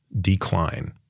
decline